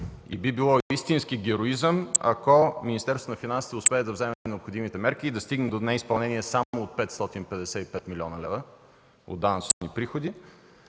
и би било истински героизъм, ако Министерството на финансите успее да вземе необходимите мерки и да стигне до неизпълнение само от 555 млн. лв. от данъчни приходи,